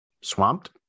swamped